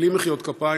בלי מחיאות כפיים,